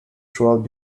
throughout